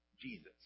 Jesus